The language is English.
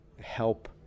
help